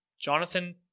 Jonathan